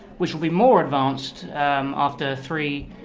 which will be more advanced after three,